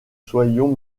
soyons